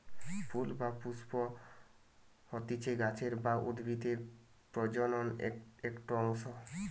ফুল বা পুস্প হতিছে গাছের বা উদ্ভিদের প্রজনন একটো অংশ